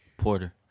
Porter